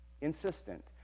insistent